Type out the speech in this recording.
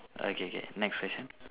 uh K K next question